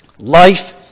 Life